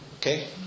Okay